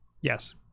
yes